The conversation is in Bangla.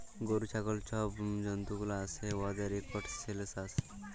গরু, ছাগল ছব জল্তুগুলা আসে উয়াদের ইকট সেলসাস